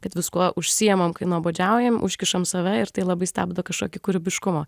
kad viskuo užsiimam kai nuobodžiaujam užkišam save ir tai labai stabdo kažkokį kūrybiškumą